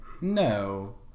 No